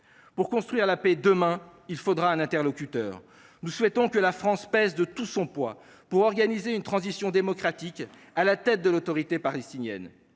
Pour construire la paix demain, il faudra un interlocuteur. Nous souhaitons que la France pèse de tout son poids pour organiser une transition démocratique à la tête de l’Autorité palestinienne.